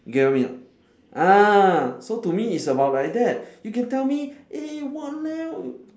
get what I mean or not ah so to me it's about like that you can tell me eh !waliao!